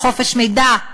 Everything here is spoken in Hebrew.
חופש מידע,